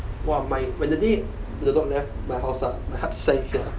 !wah! my when the day the dog left my house ah my heart sank sia